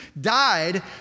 died